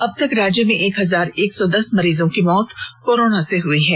अबतक राज्य में एक हजार एक सौ दस मरीजों की मौत कोरोना से हुई है